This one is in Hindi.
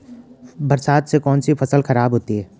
बरसात से कौन सी फसल खराब होती है?